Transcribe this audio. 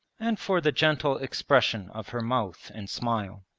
and for the gentle expression of her mouth and smile.